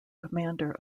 commander